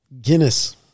Guinness